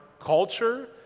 culture